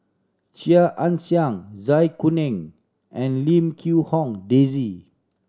Chia Ann Siang Zai Kuning and Lim Quee Hong Daisy